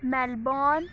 Melbourne